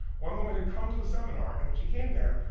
one woman had come to the seminar and when she came there,